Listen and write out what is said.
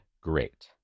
great